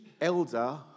elder